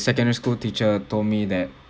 secondary school teacher told me that